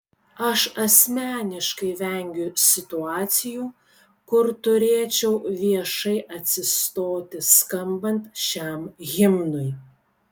aš asmeniškai vengiu situacijų kur turėčiau viešai atsistoti skambant šiam himnui